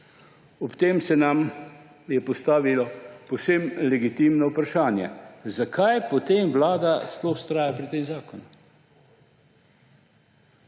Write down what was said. Ob tem se nam je postavilo povsem legitimno vprašanje, zakaj potem vlada sploh vztraja pri tem zakonu.